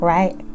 Right